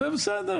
ובסדר,